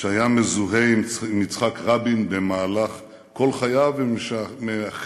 שהיה מזוהה עם יצחק רבין במהלך כל חייו ומאחד,